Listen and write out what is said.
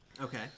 okay